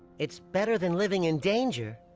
it's better than living in danger.